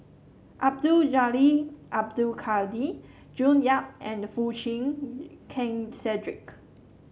Abdul Jalil Abdul Kadir June Yap and Foo Chee Keng Cedric